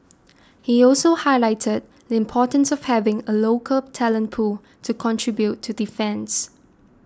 he also highlighted the importance of having a local talent pool to contribute to defence